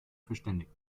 verständigt